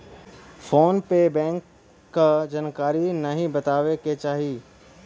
phone पे bank क जानकारी नाहीं बतावे के चाही